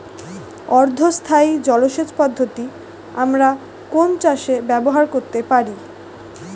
অর্ধ স্থায়ী জলসেচ পদ্ধতি আমরা কোন চাষে ব্যবহার করতে পারি?